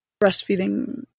breastfeeding